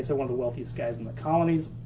so one of the wealthiest guys in the colonies.